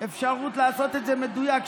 אפשרות לעשות את זה מדויק.